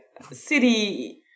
city